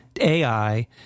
AI